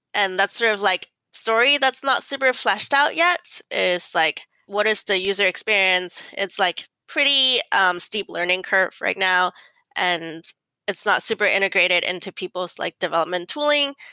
and that's sort of like story that's not super fl eshed out yet, is like what is the user experience? it's like pretty um steep learning curve right now and it's not super integrated into people's like development tooling.